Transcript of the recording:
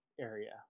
area